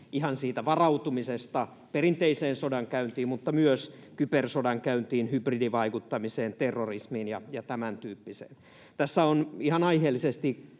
ihan siitä varautumisesta perinteiseen sodankäyntiin mutta myös kybersodankäyntiin, hybridivaikuttamiseen, terrorismiin ja tämäntyyppiseen. Tässä on ihan aiheellisesti